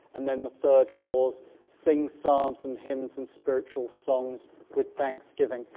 and then the third clause sing psalms and hymns and spiritual songs with thanksgiving.